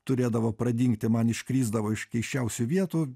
turėdavo pradingti man iškrisdavo iš keisčiausių vietų